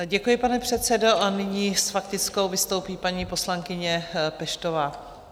Děkuji, pane předsedo, a nyní s faktickou vystoupí paní poslankyně Peštová.